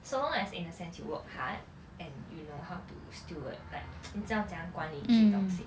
so long as in a sense you work hard and you know how to still like 你知道怎样管理自己的东西